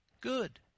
good